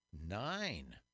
Nine